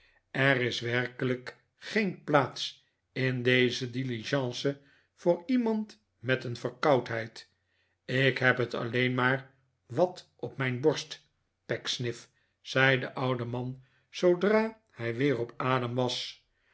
er is werkelijk geen plaats in deze diligence voor iemand met een verkoudheid ik heb het alleen maar wat op mijn borst pecksniff zei de oude man zoodra hij weer op adem was